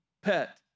pet